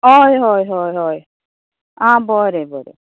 हय हय हय हय आं बरें बरें